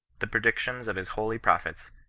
the predictions of his holy prophets,